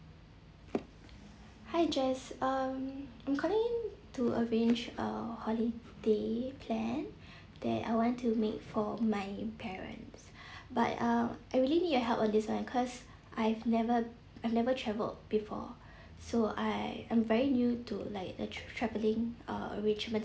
hi jess um I'm calling to arrange a holiday plan that I want to make for my parents but uh I really need your help on this [one] because I've never I've never travelled before so I I'm very new to like the tra~ travelling uh arrangements